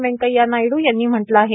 व्यंकथ्या नायडू यांनी म्हटलं आहे